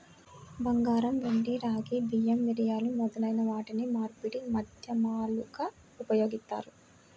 బంగారం, వెండి, రాగి, బియ్యం, మిరియాలు మొదలైన వాటిని మార్పిడి మాధ్యమాలుగా ఉపయోగిత్తారు